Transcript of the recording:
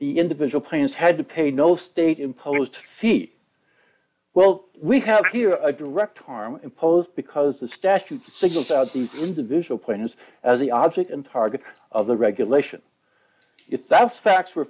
the individual plans had to pay no state imposed fee well we have here a direct harm imposed because the statute singles out these individual plans as the object and target of the regulation if that's facts were